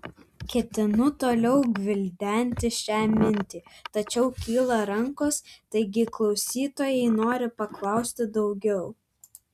ketinu toliau gvildenti šią mintį tačiau kyla rankos taigi klausytojai nori paklausti daugiau